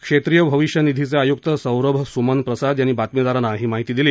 क्षेत्रीय भविष्य निधीचे आयुक्त सौरभ सुमन प्रसाद यांनी बातमीदारांना ही माहिती दिली